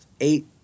eight